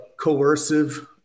coercive